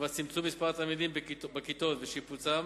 לטובת צמצום מספר התלמידים בכיתות ושיפוצם